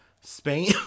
Spain